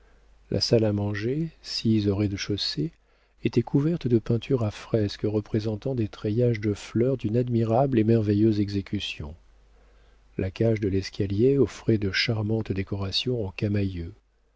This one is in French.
la salle à manger sise au rez-de-chaussée était couverte de peintures à fresque représentant des treillages de fleurs d'une admirable et merveilleuse exécution la cage de l'escalier offrait de charmantes décorations en camaïeu